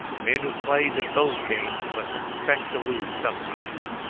men who plays at those games must expect to lose sometimes.